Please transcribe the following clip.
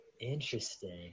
Interesting